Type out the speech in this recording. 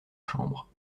chambre